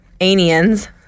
Anians